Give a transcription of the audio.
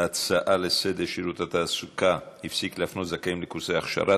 ההצעה לסדר-היום בנושא: שירות התעסוקה הפסיק להפנות זכאים לקורסי הכשרה,